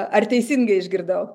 ar teisingai išgirdau